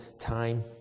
time